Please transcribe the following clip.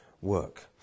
work